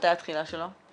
שמתי התחילה שלו?